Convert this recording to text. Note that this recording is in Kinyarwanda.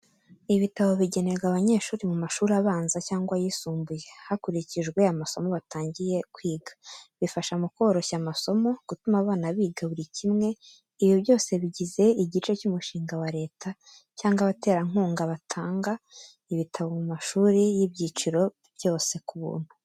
Ibitabo bigenerwa abanyeshuri mu mashuri abanza cyangwa ayisumbuye, hakurikijwe amasomo batangiye kwiga. Bifasha mu koroshya amasomo, gutuma abana biga buri kimwe, ibi byose bigize igice cy’umushinga wa leta cyangwa abaterankunga batanga ibitabo mu mashuri y'ibyiciro byose ku buntu.